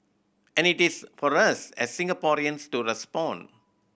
and it is for us as Singaporeans to respond